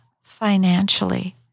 financially